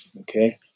Okay